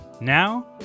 Now